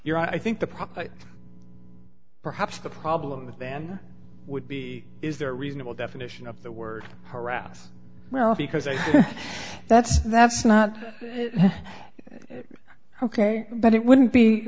you're i think the problem perhaps the problem with dan would be is there a reasonable definition of the word harass well because that's that's not ok but it wouldn't be